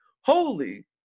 holy